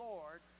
Lord